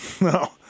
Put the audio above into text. no